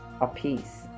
apiece